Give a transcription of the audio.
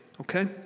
okay